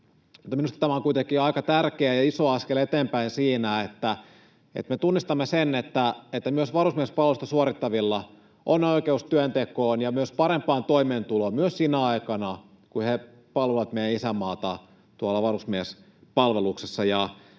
minusta tämä on kuitenkin aika tärkeä ja iso askel eteenpäin siinä, että me tunnistamme sen, että myös varusmiespalvelusta suorittavilla on oikeus työntekoon ja myös parempaan toimeentuloon, myös sinä aikana, kun he palvelevat meidän isänmaatamme varusmiespalveluksessa.